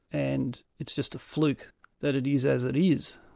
and it's just a fluke that it is as it is.